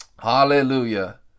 Hallelujah